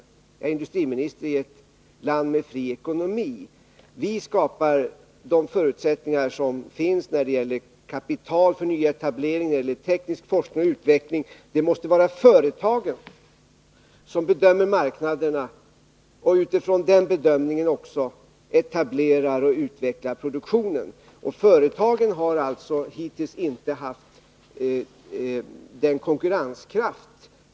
Jag är industriminister i ett land med fri ekonomi. Regeringen skapar förutsättningarna när det gäller kapital för nyetablering eller teknisk forskning och utveckling, men det måste vara företagen som bedömer marknaderna och som utifrån den bedömningen också etablerar och utvecklar produktionen. På grund av kostnadsexplosionen 1974, 1975 etc.